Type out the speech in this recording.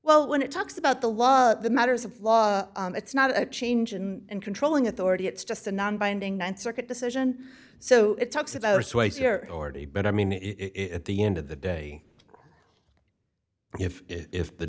well when it talks about the law the matters of law it's not a change in in controlling authority it's just a non binding th circuit decision so it talks about its way here already but i mean it at the end of the day if if the